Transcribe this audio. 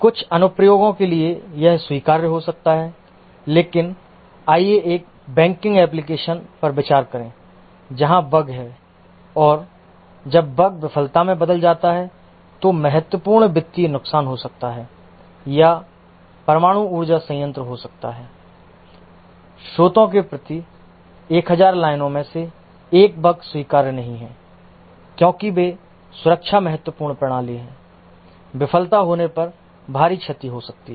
कुछ अनुप्रयोगों के लिए यह स्वीकार्य हो सकता है लेकिन आइए एक बैंकिंग एप्लिकेशन पर विचार करें जहां बग है और जब बग विफलता में बदल जाता है तो महत्वपूर्ण वित्तीय नुकसान हो सकता है या परमाणु ऊर्जा संयंत्र हो सकता है स्रोत के प्रति 1000 लाइनों में से 1 बग स्वीकार्य नहीं है क्योंकि वे सुरक्षा महत्वपूर्ण प्रणाली हैं विफलता होने पर भारी क्षति हो सकती है